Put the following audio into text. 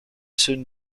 soon